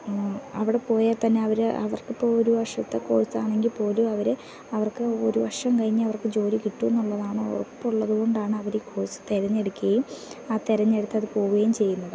അവിടെ പോയാൽ തന്നെ അവർ അവർക്ക് ഇപ്പോൾ ഒരു വർഷത്തെ കോഴ്സ് ആണെങ്കിൽ പോലും അവർ അവർക്ക് ഒരു വർഷം കഴിഞ്ഞു അവർക്ക് ജോലി കിട്ടും എന്നുള്ളതാണ് ഉറപ്പുള്ളതു കൊണ്ടാണ് അവർ ഈ കോഴ്സ് തെരഞ്ഞെടുക്കുകയും ആ തെരഞ്ഞെടുത്തത് പോവുകയും ചെയ്യുന്നത്